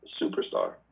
superstar